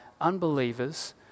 unbelievers